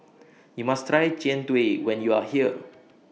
YOU must Try Jian Dui when YOU Are here